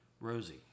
Rosie